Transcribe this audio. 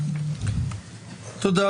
תודה,